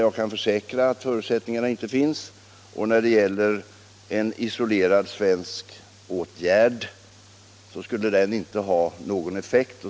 Jag kan försäkra att dessa förutsättningar inte finns i FN. En isolerad svensk åtgärd skulle å andra sidan inte ha någon effekt.